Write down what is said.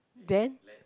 then